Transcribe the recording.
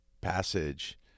passage